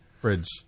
bridge